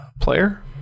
player